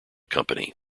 company